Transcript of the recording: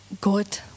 God